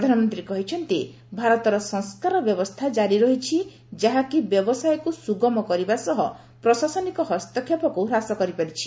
ପ୍ରଧାନମନ୍ତ୍ରୀ କହିଛନ୍ତି ଭାରତର ସଂସ୍କାର ବ୍ୟବସ୍ଥା ଜାରି ରହିଛି ଯାହାକି ବ୍ୟବସାୟକୁ ସୁଗମ କରିବା ସହ ପ୍ରଶାସନିକ ହସ୍ତକ୍ଷେପକୁ ହ୍ରାସ କରିପାରିଛି